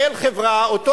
החברות שאימצו את זה,